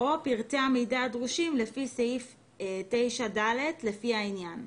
או פרטי המידע הדרושים לפי סעיף 9(ד), לפי העניין.